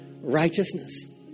righteousness